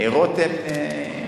רותם,